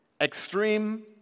extreme